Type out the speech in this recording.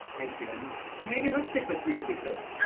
thank you. and and megan, let's stick with you because